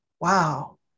wow